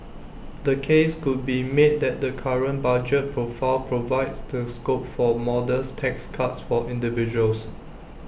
the case could be made that the current budget profile provides the scope for modest tax cuts for individuals